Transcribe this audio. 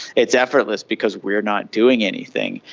it's effortless because we're not doing anything,